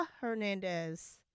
Hernandez